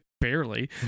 barely